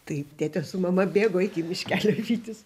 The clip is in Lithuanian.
taip tėtė su mama bėgo iki miškelio vytis